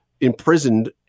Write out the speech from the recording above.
imprisoned